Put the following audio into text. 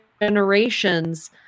generations